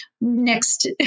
next